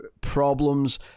problems